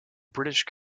british